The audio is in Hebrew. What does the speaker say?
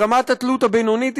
ברמת התלות הבינונית,